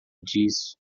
disso